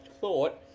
thought